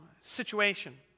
situation